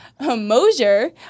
Mosier